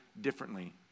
differently